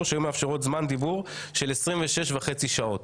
שהיו מאפשרות זמן דיבור של 26.5 שעות,